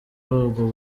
ubwo